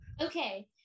Okay